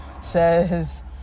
says